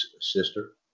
sister